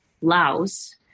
Laos